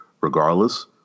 regardless